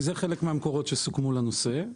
כי אלו חלק מהמקורות שסוכמו לנושא.